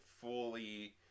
fully